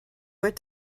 went